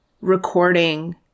recording